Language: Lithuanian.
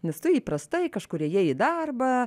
nes tu įprastai kažkur ėjai į darbą